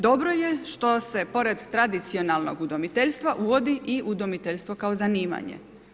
Dobro je što se pored tradicionalnog udomiteljstva uvodi i udomiteljstvo kao zanimanje.